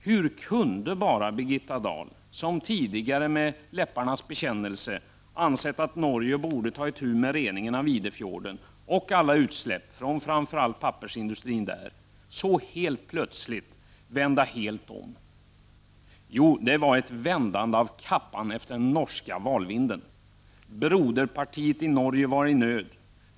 Hur kunde bara Birgitta Dahl — som tidigare, det var en läpparnas bekännelse, ansåg att Norge borde ta itu med reningen av Idefjorden och alla utsläpp från framför allt pappersindustrin där — så helt plötsligt vända helt om? Jo, det handlade om att vända kappan efter den norska valvinden. Broderpartiet i Norge var i nöd.